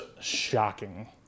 shocking